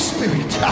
Spirit